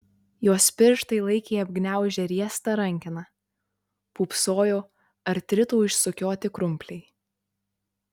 jos pirštai laikė apgniaužę riestą rankeną pūpsojo artrito išsukioti krumpliai